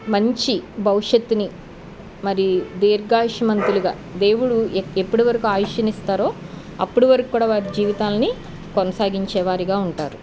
మంచి భవిష్యత్తుని మరి దీర్ఘాయుషుమంతులుగా దేవుడు ఎప్పటి వరకు ఆయస్సుని ఇస్తాడో అప్పుడు వరకు కూడా వారి జీవితాన్ని కొనసాగించే వారిగా ఉంటారు